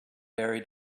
very